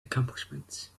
accomplishments